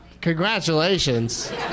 Congratulations